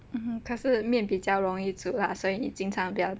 mmhmm 可是面比较容易煮啊所以经常比较